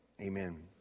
Amen